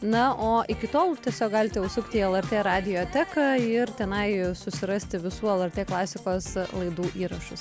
na o iki tol tiesiog galite užsukti į lrt radioteką ir tenai susirasti visų lrt klasikos laidų įrašus